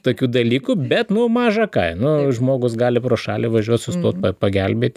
tokių dalykų bet nu maža ką nu žmogus gali pro šalį važiuot sustot pagelbėti